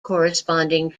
corresponding